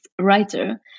writer